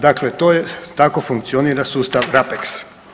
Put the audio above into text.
Dakle, to je, tako funkcionira sustav RAPEX.